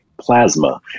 plasma